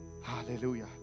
Hallelujah